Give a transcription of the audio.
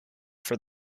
for